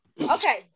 Okay